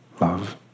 love